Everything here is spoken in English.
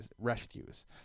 rescues